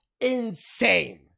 insane